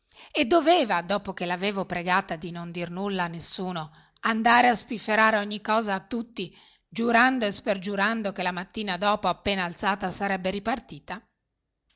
e doveva dopo che l'avevo pregata dì non dir nulla a nessuno andare a spifferare ogni cosa a tutti giurando e spergiurando che la mattina dopo appena alzata sarebbe ripartita